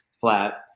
flat